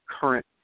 current